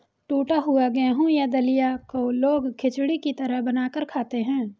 टुटा हुआ गेहूं या दलिया को लोग खिचड़ी की तरह बनाकर खाते है